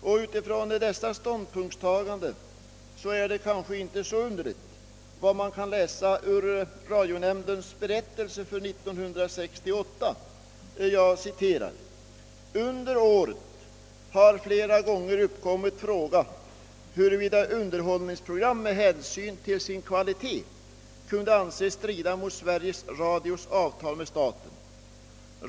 Mot bakgrund av «dessa ståndpunktstaganden är det inte så underligt att man i radionämndens berättelse för 1968 kan läsa följande: »Under året har flera gånger uppkommit fråga huruvida underhållningsprogram med hänsyn till sin kvalitet kunde anses strida mot Sveriges Radios avtal med staten.